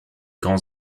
grands